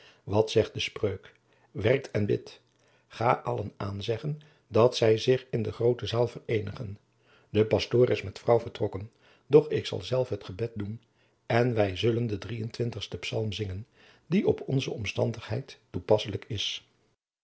wat zegt de spreuk werkt en bidt ga allen aanzeggen dat zij zich in de groote zaal vereenigen de pastor is met mevrouw vertrokken doch ik zal zelf het gebed doen en wij zullen den drieëntwintigsten psalm zingen die op onze omstandigheid toepasselijk is